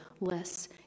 less